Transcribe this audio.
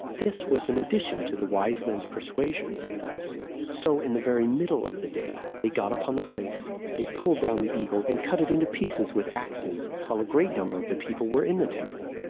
this was an addition to the wise men's persuasions so, in the very middle of the day, they got upon the place, they pulled down the eagle, and cut it into pieces with axes, while a great number of the people were in the temple.